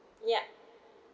yup